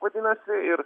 vadinasi ir